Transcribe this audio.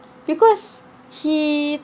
because he